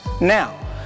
Now